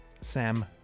Sam